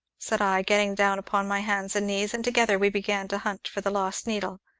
said i, getting down upon my hands and knees, and together we began to hunt for the lost needle.